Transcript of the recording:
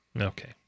Okay